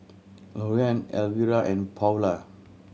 Lorean Alvira and Paola